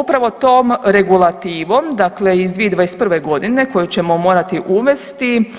Upravo tom regulativom, dakle iz 2021. godine koju ćemo morati uvesti